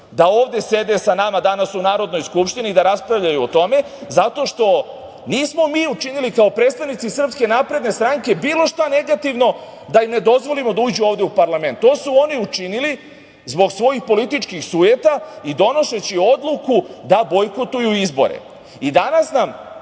da ovde sede sa nama danas u Narodnoj skupštini i da raspravljaju o tome, zato što nismo mi učinili kao predstavnici SNS bilo šta negativno da im ne dozvolimo da uđu ovde u parlament. To su oni učinili zbog svojih političkih sujeta i donoseći odluku da bojkotuju izbore. Danas nam